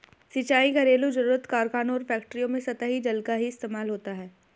सिंचाई, घरेलु जरुरत, कारखानों और फैक्ट्रियों में सतही जल का ही इस्तेमाल होता है